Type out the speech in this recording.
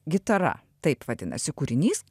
gitara taip vadinasi kūrinys